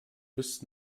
bis